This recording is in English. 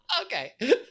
Okay